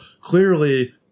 clearly